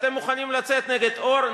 אתם מוכנים לצאת נגד "אור",